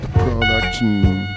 production